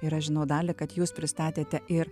ir aš žinau dalia kad jūs pristatėte ir